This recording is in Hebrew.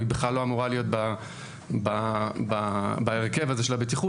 בכלל לא אמורה להיות בהרכב הזה של הבטיחות.